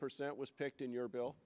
percent was picked in your bill